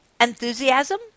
enthusiasm